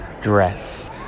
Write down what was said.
dress